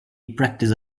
practice